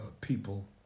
people